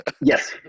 Yes